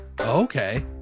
Okay